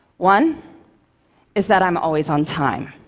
one is that i'm always on time,